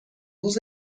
روز